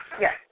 Yes